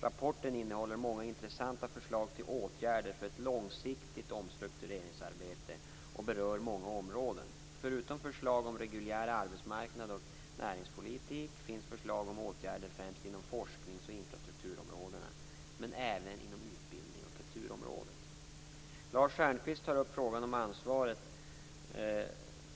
Rapporten innehåller många intressanta förslag till åtgärder för ett långsiktigt omstruktureringsarbete och berör många områden. Förutom förslag om reguljära arbetsmarknadsoch näringspolitiska insatser finns förslag om åtgärder främst inom forsknings och infrastrukturområdena, men även inom utbildnings och kulturområdena.